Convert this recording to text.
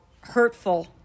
hurtful